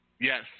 Yes